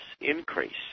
increase